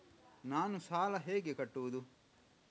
ನಾನು ಸಾಲ ಹೇಗೆ ಕಟ್ಟುವುದು?